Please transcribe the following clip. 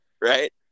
right